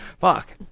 fuck